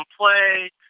play